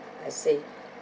I see